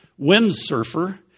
windsurfer